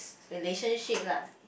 relationship lah